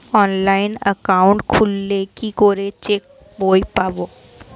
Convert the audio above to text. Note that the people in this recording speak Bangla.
অনলাইন একাউন্ট খুললে কি করে চেক বই পাব?